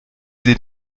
sie